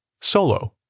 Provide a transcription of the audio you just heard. solo